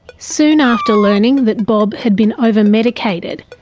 soon after learning that bob had been overmedicated,